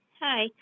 Hi